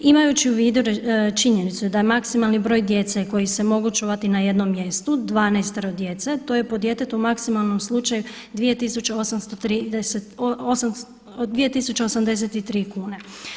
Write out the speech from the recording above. Imajući u vidu činjenicu da maksimalan broj djece koji se mogu čuvati na jednom mjestu 12. djece, to je po djetetu maksimalno u slučaju 2.083 kune.